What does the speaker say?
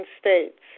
states